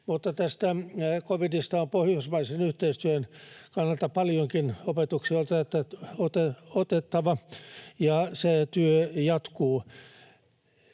covidista on pohjoismaisen yhteistyön kannalta paljonkin opetuksia otettava, ja se työ jatkuu.